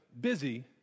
busy